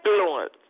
influence